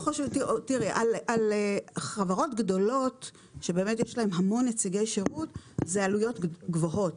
על חברות גדולות שבאמת יש להן המון נציגי שירות העלויות הן גבוהות.